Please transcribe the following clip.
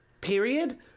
Period